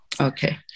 Okay